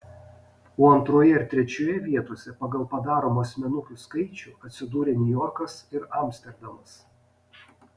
o antroje ir trečioje vietose pagal padaromų asmenukių skaičių atsidūrė niujorkas ir amsterdamas